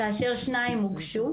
כאשר שניים הוגשו.